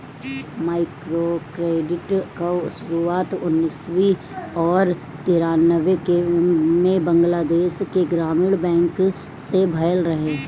microcredit कअ शुरुआत उन्नीस और तिरानबे में बंगलादेश के ग्रामीण बैंक से भयल रहे